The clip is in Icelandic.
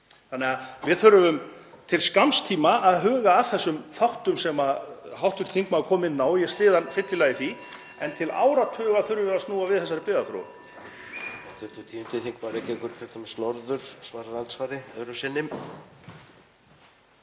Þannig að við þurfum til skamms tíma að huga að þessum þáttum sem hv. þingmaður kom inn á og ég styð hann fyllilega í því en til áratuga þurfum við að snúa við þessari byggðaþróun.